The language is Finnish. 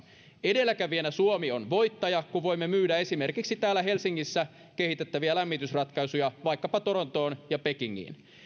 edelläkävijänä suomi on voittaja kun voimme myydä esimerkiksi täällä helsingissä kehitettäviä lämmitysratkaisuja vaikkapa torontoon ja pekingiin